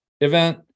event